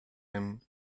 him